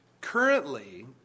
Currently